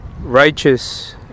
Righteous